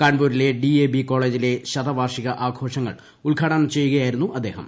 കാൺപൂരിലെ D A V കോളേജിലെ ശതവാർഷിക ആഘോഷങ്ങൾ ഉദ്ഘാട്ട്നം ചെയ്യുകയായിരുന്നു അദ്ദേഹം